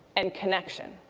and connection.